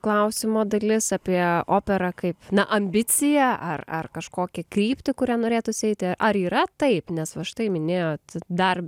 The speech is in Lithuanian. klausimo dalis apie operą kaip na ambiciją ar ar kažkokią kryptį kuria norėtųsi eiti ar yra taip nes va štai minėjot dar